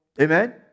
Amen